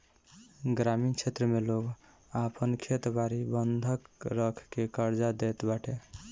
ग्रामीण क्षेत्र में लोग आपन खेत बारी बंधक रखके कर्जा लेत बाटे